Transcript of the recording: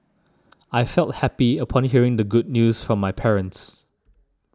I felt happy upon hearing the good news from my parents